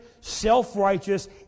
self-righteous